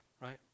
right